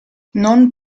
non